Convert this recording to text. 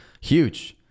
Huge